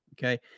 Okay